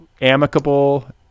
amicable